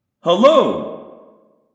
Hello